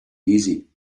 easy